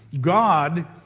God